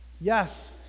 Yes